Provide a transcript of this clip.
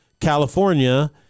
California